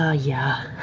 ah yeah.